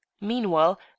Meanwhile